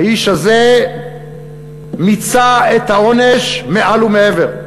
האיש הזה מיצה את העונש מעל ומעבר.